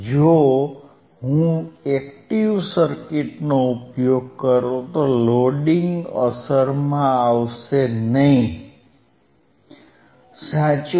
જો હું એક્ટીવ સર્કિટનો ઉપયોગ કરું તો લોડિંગ અસરમાં આવશે નહીં સાચું